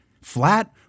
Flat